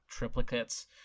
triplicates